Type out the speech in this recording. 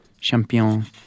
Champion